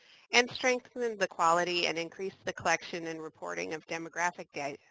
and strengthen and the quality and increase the collection and reporting of demographic data.